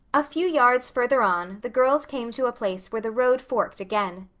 a few yards further on the girls came to a place where the road forked again.